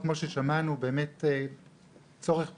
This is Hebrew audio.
כמו ששמענו, באמת צורך בסיסי.